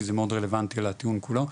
כי זה מאוד רלוונטי לדיון כולו,